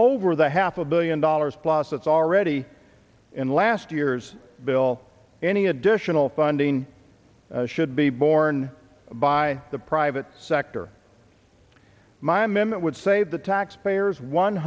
over the half a billion dollars plus it's already in last year's bill any additional funding should be borne by the private sector my men would save the taxpayers one